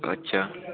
अच्छा